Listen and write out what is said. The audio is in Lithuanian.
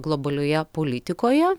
globalioje politikoje